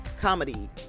comedy